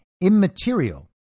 immaterial